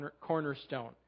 cornerstone